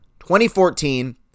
2014